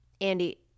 Andy